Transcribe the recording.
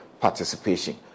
participation